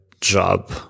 job